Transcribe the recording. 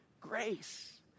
grace